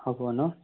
হ'ব ন